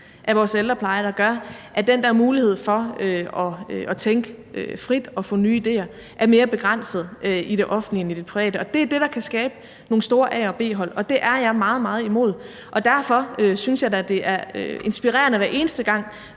af vores ældrepleje, der gør, at den der mulighed for at tænke frit og få nye idéer er mere begrænset i det offentlige end i det private, og det er det, der kan skabe nogle store A- og B-hold, og det er jeg meget, meget imod. Derfor synes jeg da, det er inspirerende, hver eneste gang